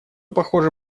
похоже